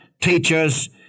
teachers